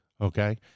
Okay